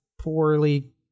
poorly